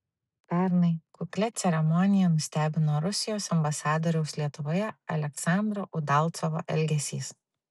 pernai kuklia ceremonija nustebino rusijos ambasadoriaus lietuvoje aleksandro udalcovo elgesys